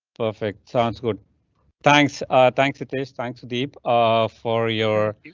perfect sounds good thanks thanks. it is thanks deep um for your.